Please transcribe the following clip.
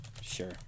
Sure